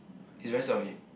is very sad of him